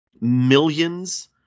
millions